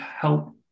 help